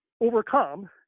overcome